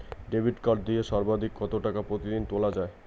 Debit card দিয়ে সর্বাধিক কত টাকা প্রতিদিন তোলা য়ায়?